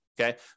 Okay